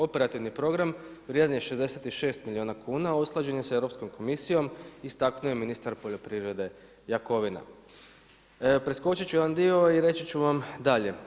Operativni program vrijedan je 66 milijuna kuna, a usklađen je sa Europskom komisijom, istaknuo je ministar poljoprivrede Jakovina.“ Preskočit ću jedan dio i reći ću vam dalje.